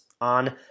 on